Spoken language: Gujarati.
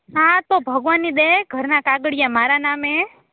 હા તો ભગવાનની દે ઘરના કાગડિયા મારા નામે એ